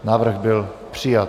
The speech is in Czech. Návrh byl přijat.